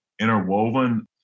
interwoven